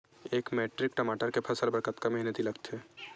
एक मैट्रिक टमाटर के फसल बर कतका मेहनती लगथे?